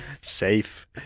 Safe